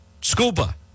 Scuba